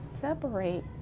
separate